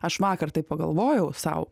aš vakar taip pagalvojau sau